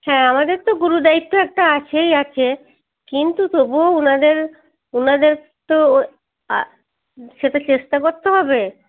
হ্যাঁ আমাদের তো গুরুদায়িত্ব একটা আছেই আছে কিন্তু তবুও উনাদের উনাদের তো ও আ সেটা চেষ্টা করতে হবে